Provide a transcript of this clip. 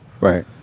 Right